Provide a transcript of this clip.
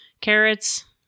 carrots